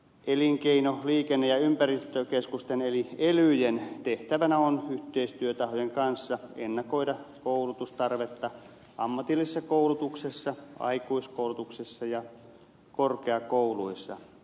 elinkeino liikenne ja ympäristökeskusten eli elyjen tehtävänä on yhteistyötahojen kanssa ennakoida koulutustarvetta ammatillisessa koulutuksessa aikuiskoulutuksessa ja korkeakouluissa